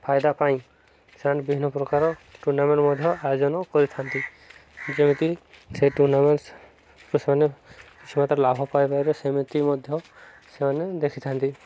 ଫାଇଦା ପାଇଁ ସେମାନେ ବିଭିନ୍ନ ପ୍ରକାର ଟୁର୍ଣ୍ଣାମେଣ୍ଟ ମଧ୍ୟ ଆୟୋଜନ କରିଥାନ୍ତି ଯେମିତି ସେ ଟୁର୍ଣ୍ଣାମେଣ୍ଟ ସେମାନେ କିଛି ମାତ୍ର ଲାଭ ପାଇଯିବେ ସେମିତି ମଧ୍ୟ ସେମାନେ ଦେଖିଥାନ୍ତି